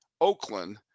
Oakland